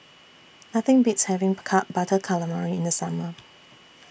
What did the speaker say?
Nothing Beats having Butter Calamari in The Summer